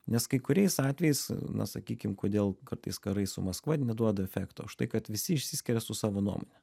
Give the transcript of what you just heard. nes kai kuriais atvejais na sakykim kodėl kartais karai su maskva neduoda efekto užtai kad visi išsiskiria su savo nuomone